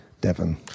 Devon